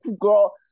girl